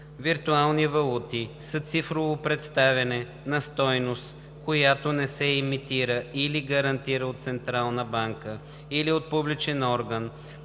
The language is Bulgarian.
„Виртуални валути“ са цифрово представяне на стойност, която не се емитира или гарантира от централна банка или от публичен орган,